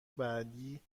بعدی